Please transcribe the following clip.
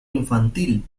infantil